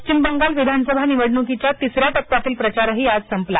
पश्चिम बंगाल विधानसभा निवडणुकीचा तिसर्या टप्प्यातील प्रचारही आज संपला